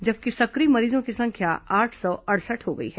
जबकि स िक्र य मरीजों की संख्या आठ सौ अड़सठ हो गई है